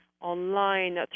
online